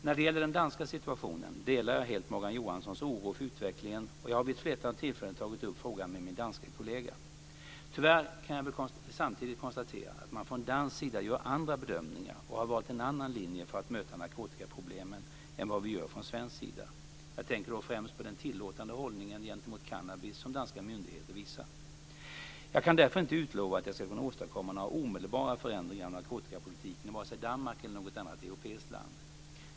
När det gäller den danska situationen delar jag helt Morgan Johanssons oro för utvecklingen, och jag har vid ett flertal tillfällen tagit upp frågan med min danske kollega. Tyvärr kan jag väl samtidigt konstatera att man från dansk sida gör andra bedömningar och har valt en annan linje för att möta narkotikaproblemen än vad vi gör från svensk sida. Jag tänker då främst på den tillåtande hållning gentemot cannabis som danska myndigheter visar. Jag kan därför inte utlova att jag ska kunna åstadkomma några omedelbara förändringar av narkotikapolitiken i vare sig Danmark eller något annat europeiskt land.